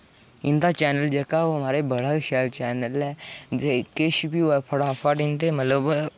इं'दा चैनल जेह्का ओह् मा'राज बड़ा गै शैल चैनल ऐ जे किश बी होऐ फटाफट इं'दे मतलब